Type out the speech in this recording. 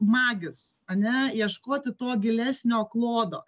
magis ane ieškoti to gilesnio klodo